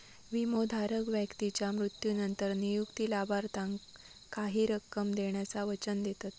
विमोधारक व्यक्तीच्या मृत्यूनंतर नियुक्त लाभार्थाक काही रक्कम देण्याचा वचन देतत